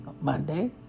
Monday